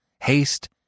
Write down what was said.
haste